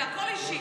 זה הכול אישי.